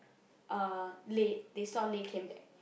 uh Lei they saw Lei came back